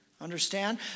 Understand